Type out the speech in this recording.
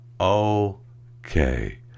okay